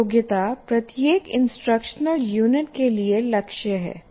एक योग्यता प्रत्येक इंस्ट्रक्शनल यूनिट के लिए लक्ष्य है